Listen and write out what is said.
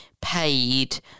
paid